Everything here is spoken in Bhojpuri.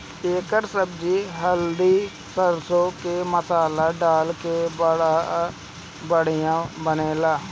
एकर सब्जी हरदी सरसों के मसाला डाल के बड़ा बढ़िया बनेला